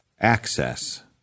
access